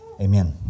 Amen